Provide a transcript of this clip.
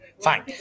Fine